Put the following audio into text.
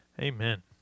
Amen